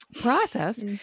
Process